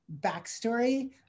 backstory